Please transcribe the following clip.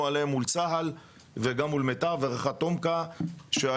עליהן מול צה"ל וגם מול מיטב ורח"ט תומכ"א (ראש חטיבת התכנון ומנהל